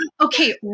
Okay